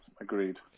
Agreed